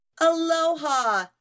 Aloha